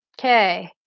Okay